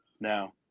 No